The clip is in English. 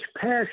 passion